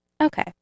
Okay